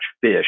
fish